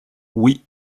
oui